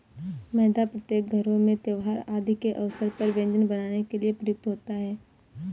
मैदा प्रत्येक घरों में त्योहार आदि के अवसर पर व्यंजन बनाने के लिए प्रयुक्त होता है